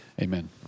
Amen